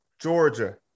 Georgia